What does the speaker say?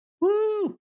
Woo